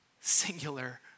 singular